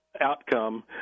outcome